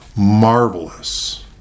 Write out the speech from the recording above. marvelous